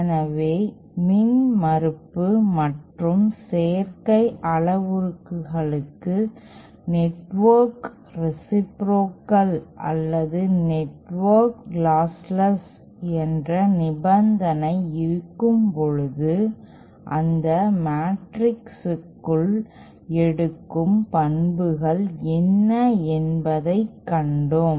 எனவே மின்மறுப்பு மற்றும் சேர்க்கை அளவுருக்களுக்கு நெட்வொர்க் ரேசிப்ரோகல் அல்லது நெட்வொர்க் லாஸ்ட்லெஸ் என்ற நிபந்தனை இருக்கும்போது அந்த மெட்ரிக்குகள் எடுக்கும் பண்புகள் என்ன என்பதைக் கண்டோம்